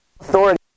authority